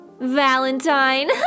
Valentine